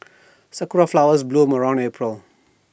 Sakura Flowers bloom around April